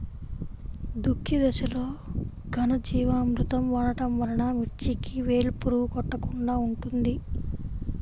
దుక్కి దశలో ఘనజీవామృతం వాడటం వలన మిర్చికి వేలు పురుగు కొట్టకుండా ఉంటుంది?